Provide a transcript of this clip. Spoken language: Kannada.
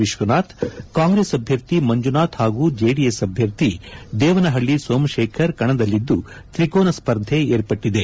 ವಿಶ್ವನಾಥ್ ಕಾಂಗ್ರೆಸ್ ಅಭ್ಯರ್ಥಿ ಮಂಜುನಾಥ್ ಹಾಗೂ ಜೆಡಿಎಸ್ ಅಭ್ಯರ್ಥಿ ದೇವನಹಳ್ಳ ಸೋಮಶೇಖರ್ ಕಣದಲ್ಲಿದ್ದು ತ್ರಿಕೋನ ಸ್ಪರ್ಧೆ ಏರ್ಪಟ್ಟದೆ